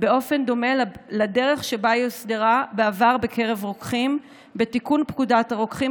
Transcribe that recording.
באופן דומה לדרך שבה היא הוסדרה בעבר בקרב רוקחים בתיקון פקודת הרוקחים,